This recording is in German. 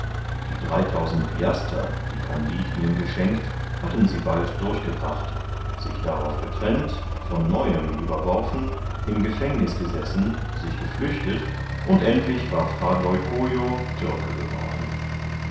die dreitausend piaster die kandid ihnen geschenkt hatten sie bald durchgebracht sich darauf getrennt von neuem überworfen im gefängniß gesessen sich geflüchtet und endlich war fra leucojo türke geworden